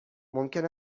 ممکن